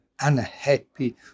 unhappy